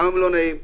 גם לא נעים,